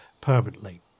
permanently